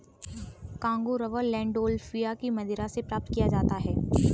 Congo rubber Landolphia की मदिरा से प्राप्त किया जाता है